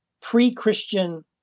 pre-Christian